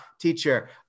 teacher